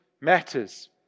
matters